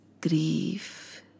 grief